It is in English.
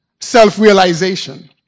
self-realization